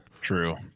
True